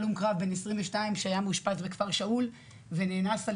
הלום קרב בן 22 שהיה מאושפז בכפר שאול ונאנס על